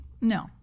No